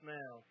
now